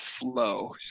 flow